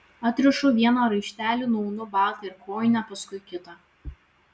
atrišu vieną raištelį nuaunu batą ir kojinę paskui kitą